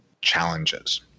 challenges